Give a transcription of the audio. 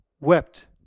wept